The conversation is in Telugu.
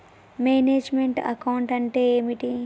మేనేజ్ మెంట్ అకౌంట్ అంటే ఏమిటి?